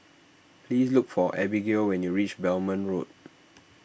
please look for Abbigail when you reach Belmont Road